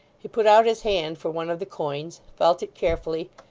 he put out his hand for one of the coins felt it carefully,